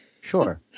Sure